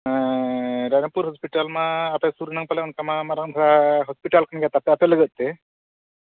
ᱦᱮᱸ ᱨᱟᱭᱨᱚᱝᱯᱩᱨ ᱦᱚᱥᱯᱤᱴᱟᱞ ᱢᱟ ᱟᱯᱮ ᱥᱩᱨ ᱨᱮᱱᱟᱝ ᱯᱟᱞᱮᱱ ᱚᱱᱠᱟ ᱢᱟ ᱢᱟᱨᱟᱝ ᱫᱷᱟᱨᱟ ᱦᱚᱥᱯᱤᱴᱟᱞ ᱜᱮ ᱛᱟᱯᱮ ᱟᱯᱮ ᱞᱟᱹᱜᱤᱫ ᱛᱮ